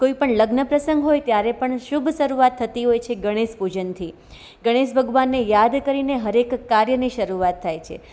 કોઈ પણ લગ્નપ્રસંગ હોય ત્યારે પણ શુભ શરૂઆત થતી હોય છે ગણેશપૂજનથી ગણેશ ભગવાનને યાદ કરીને હરએક કાર્યને શરૂઆત થાય છે